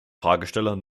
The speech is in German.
fragesteller